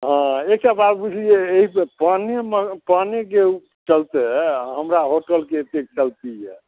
हँ एकटा बात बुझलियै एहि पाने पानेके चलते हमरा होटलके एतेक चलती यऽ